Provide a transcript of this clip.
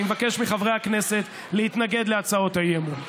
אני מבקש מחברי הכנסת להתנגד להצעות האי-אמון.